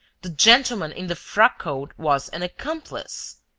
the gentleman in the frock-coat was an accomplice!